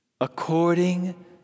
according